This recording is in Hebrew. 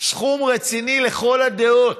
סכום רציני לכל הדעות.